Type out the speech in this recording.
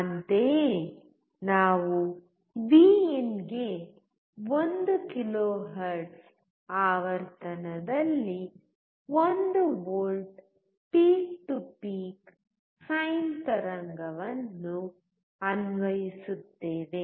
ಅಂತೆಯೇ ನಾವು ವಿಇನ್ ಗೆ 1 ಕಿಲೋಹರ್ಟ್ ಆವರ್ತನದಲ್ಲಿ 1 V peak to peak sine ತರಂಗವನ್ನು ಅನ್ವಯಿಸುತ್ತೇವೆ